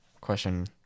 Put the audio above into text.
question